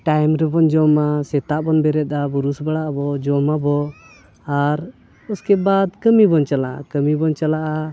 time ᱨᱮᱵᱚᱱ ᱡᱚᱢᱟ ᱥᱮᱛᱟᱜ ᱵᱚᱱ ᱵᱮᱨᱮᱫᱟ ᱵᱨᱟᱥ ᱵᱟᱲᱟᱜ ᱟᱵᱚ ᱡᱚᱢᱟᱵᱚ ᱟᱨ ᱩᱥᱠᱮ ᱵᱟᱫᱽ ᱠᱟᱹᱢᱤ ᱵᱚᱱ ᱪᱟᱞᱟᱜᱼᱟ ᱠᱟᱹᱢᱤᱵᱚᱱ ᱪᱟᱞᱟᱜᱼᱟ